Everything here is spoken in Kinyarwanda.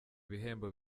ibihembo